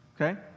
okay